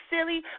silly